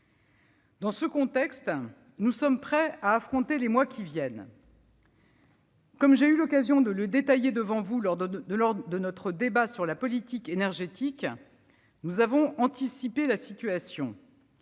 Dans ce contexte, nous sommes prêts à affronter les mois qui viennent. Comme j'ai eu l'occasion de le préciser devant vous lors de notre débat sur la politique énergétique, nous avons anticipé la situation.